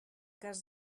cas